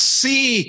see